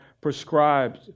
prescribed